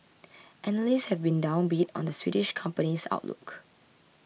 analysts have been downbeat on the Swedish company's outlook